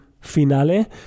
Finale